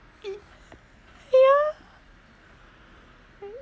ya